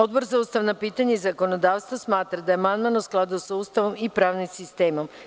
Odbor za ustavna pitanja i zakonodavstvo smatra da je amandman u skladu sa Ustavom i pravnim sistemom.